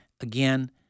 Again